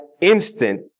instant